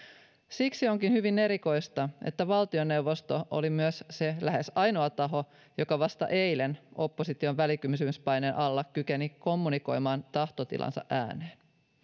siksi onkin hyvin erikoista että valtioneuvosto oli myös lähes ainoa taho joka vasta eilen opposition välikysymyspaineen alla kykeni kommunikoimaan tahtotilansa ääneen